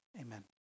amen